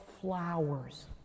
flowers